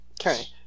Okay